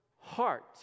heart